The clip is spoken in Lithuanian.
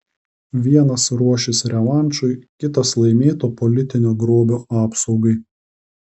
vienas ruošis revanšui kitas laimėto politinio grobio apsaugai